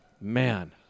Man